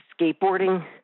skateboarding